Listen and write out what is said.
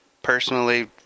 personally